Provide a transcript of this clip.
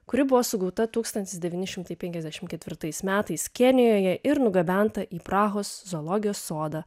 kuri buvo sugauta tūkstantis devyni šimtai penkiasdešimt ketvirtais metais kenijoje ir nugabenta į prahos zoologijos sodą